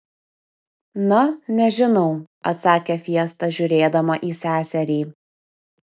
na nežinau atsakė fiesta žiūrėdama į seserį